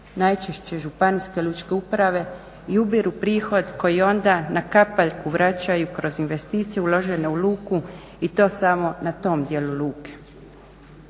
najčešće županijske lučke uprave i ubiru prihod koji onda na kapaljku vraćaju kroz investicije uložene u luku i to samo na tom dijelu luke.